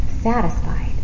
satisfied